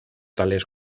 tales